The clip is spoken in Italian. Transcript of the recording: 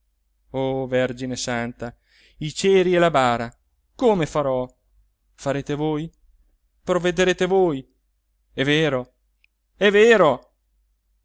mia o vergine santa i ceri e la bara come farò farete voi provvederete voi è vero è vero